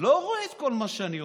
לא רואה את כל מה שאני אומר,